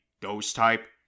Ghost-type